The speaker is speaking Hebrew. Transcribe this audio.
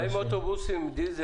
מה עם אוטובוסים עם דיזל?